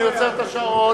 אני עוצר את השעון.